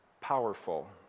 powerful